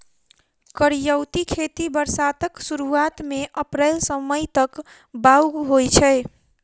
करियौती खेती बरसातक सुरुआत मे अप्रैल सँ मई तक बाउग होइ छै